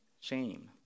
shame